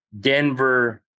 Denver